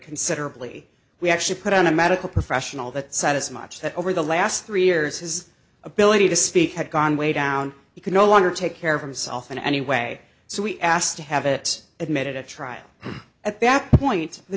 considerably we actually put on a medical professional that said it's much that over the last three years his ability to speak had gone way down he could no longer take care of himself in any way so we asked to have it admitted at trial at that point the